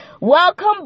welcome